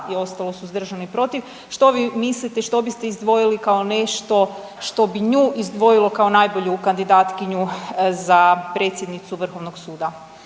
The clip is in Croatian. i ostalo suzdržano i protiv, što vi mislite što biste izdvoji kao nešto što bi nju izdvojilo kao najbolju kandidatkinju za predsjednicu Vrhovnog suda